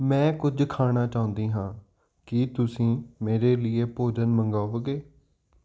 ਮੈਂ ਕੁਝ ਖਾਣਾ ਚਾਹੁੰਦੀ ਹਾਂ ਕੀ ਤੁਸੀਂ ਮੇਰੇ ਲਈ ਭੋਜਨ ਮੰਗਵਾਉਂਗੇ